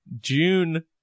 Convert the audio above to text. June